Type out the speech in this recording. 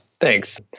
Thanks